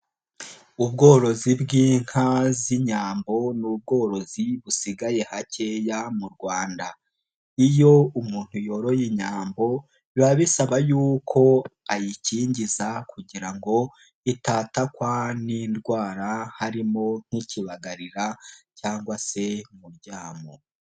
Ubworozi bw'inka z'inyambo ni ubworozi busigaye hakeya mu Rwanda, iyo umuntu yoroye inyambo biba bisaba yuko ayikingiza kugira ngo itatakwa n'indwara harimo nk'ikibagarira cyangwa se muryamo.